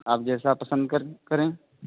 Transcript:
آپ جیسا پسند کریں کریں